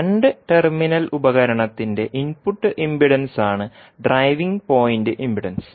രണ്ട് ടെർമിനൽ ഉപകരണത്തിന്റെ ഇൻപുട്ട് ഇംപെഡൻസാണ് ഡ്രൈവിംഗ് പോയിൻറ് ഇംപിഡൻസ്